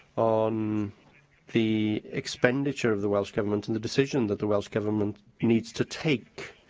on the expenditure of the welsh government and the decision that the welsh government needs to take.